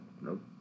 Nope